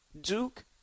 Duke